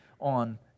on